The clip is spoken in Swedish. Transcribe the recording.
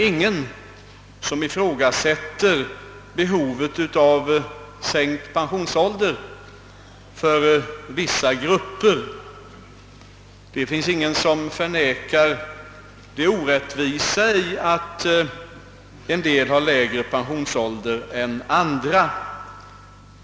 Ingen ifrågasätter behovet av en sänkt pensionsålder för vissa grupper, och ingen förnekar det orättvisa i att en del människor har lägre pensionsålder än andra.